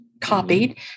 Copied